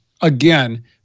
again